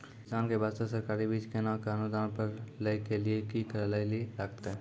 किसान के बास्ते सरकारी बीज केना कऽ अनुदान पर लै के लिए की करै लेली लागतै?